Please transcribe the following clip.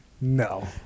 No